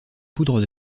poudres